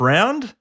Round